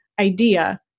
idea